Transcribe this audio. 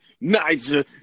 Niger